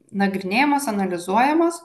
nagrinėjamos analizuojamos